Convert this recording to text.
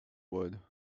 wood